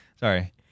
Sorry